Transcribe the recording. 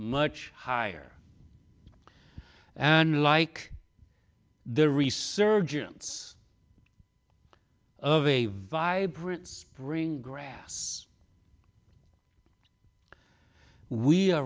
much higher and like the resurgence of a vibrant spring grass we are